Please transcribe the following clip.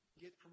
get